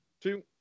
two